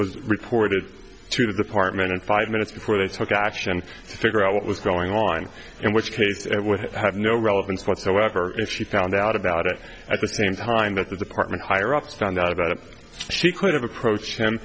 was reported to the department in five minutes before they took action to figure out what was going on in which case it would have no relevance whatsoever and she found out about it at the same time that the department higher ups found out about it she could have approached him